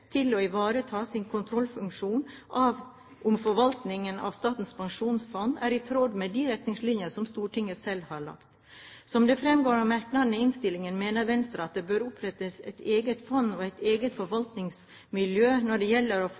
til å ivareta sin kontrollfunksjon av om forvaltningen av Statens pensjonsfond er i tråd med de retningslinjer som Stortinget selv har lagt. Som det fremgår av merknaden i innstillingen, mener Venstre at det bør opprettes et eget fond og et eget forvaltningsmiljø når det gjelder å